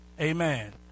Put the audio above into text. Amen